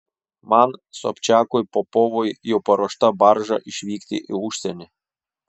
man sobčiakui popovui jau paruošta barža išvykti į užsienį